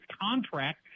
contract